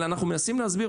אבל אנחנו מנסים להסביר.